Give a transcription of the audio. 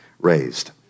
raised